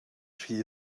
rhy